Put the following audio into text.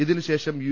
ഇതിനുശേഷം യു